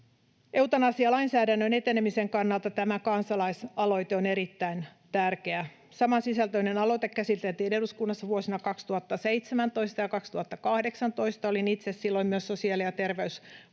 Eutanasialainsäädännön etenemisen kannalta tämä kansalaisaloite on erittäin tärkeä. Samansisältöinen aloite käsiteltiin eduskunnassa vuosina 2017 ja 2018. Olin itse silloin myös sosiaali- ja terveysvaliokunnassa,